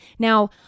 Now